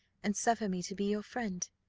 and suffer me to be your friend.